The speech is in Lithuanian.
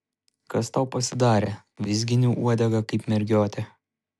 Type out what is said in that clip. kas tau pasidarė vizgini uodegą kaip mergiotė